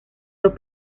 dos